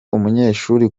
umunyeshuri